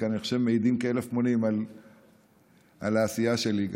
אני חושב שהם מעידים כאלף עדים על העשייה של יזהר,